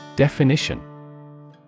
Definition